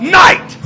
night